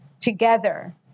together